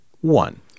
one